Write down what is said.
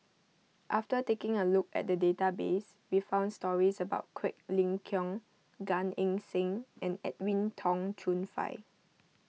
after taking a look at the database we found stories about Quek Ling Kiong Gan Eng Seng and Edwin Tong Chun Fai